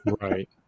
Right